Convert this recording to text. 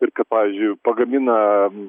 ir kad pavyzdžiui pagamina